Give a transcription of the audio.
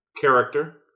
character